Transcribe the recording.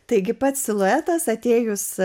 taigi pats siluetas atėjus